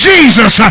Jesus